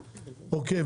אוקיי?